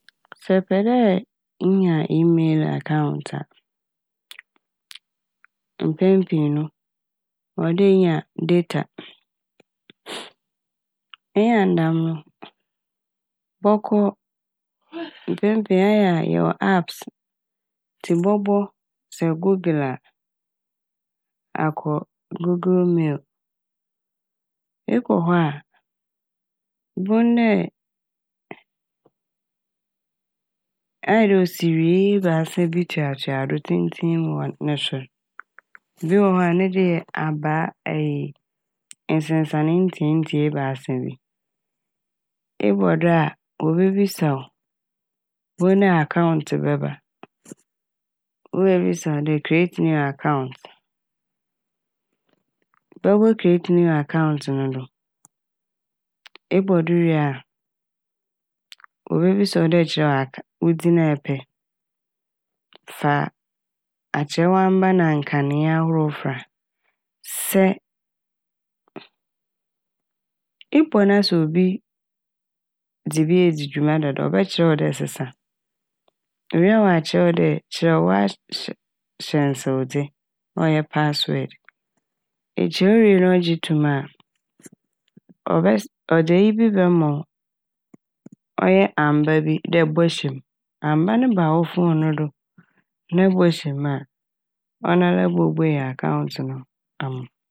Sɛ ɛpɛ dɛ inya "email account" a mpɛn pii no ɔwɔ dɛ enya "data" Enya ne dɛm no bɔkɔ, mpɛn pii no ɛyɛ a yɛwɔ "apps" ntsi bɔbɔ sɛ "google" a akɔ "gogle mail". Ekɔ hɔ a bohu dɛ ayɛ dɛ osiwie ebiasa bi toatoado tsentsenmu wɔ ne sor. Bi wɔ hɔ a ne de yɛ abaa eyi nsensɛnee ntsiatsia ebiasa bi, ebɔ do a wobebisa wo, bohu dɛ "account" bɛba na oebisa wo dɛ "create new account". Bɔbɔ "create new account" no do, ebɔ do wie a wobebisa wo dɛ kyerɛw "accou" -wo dzin a ɛpɛ, fa akyerɛwamba na nkanee ahorow a fora. Sɛ ebɔ na sɛ obi dze bi edzi dwuma dadaw a ɔbɛkyerɛw wo dɛ sesa, ewie a ɔakyerɛw wo dɛ kyerɛw w'ahyɛ-hyɛn-sewdze a ɔyɛ "password". Ekyerɛw wie na ɔgye to m' a ɔbɛ - ɔdze eyi bi bɛma wo, ɔyɛ amba bi dɛ bɔhyɛ m'. Amba no ba wo fone no do na ɛbɔ hyɛ mu a ɔnoara bobuei"account" no ama wo.